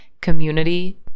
community